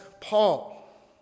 Paul